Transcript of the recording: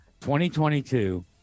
2022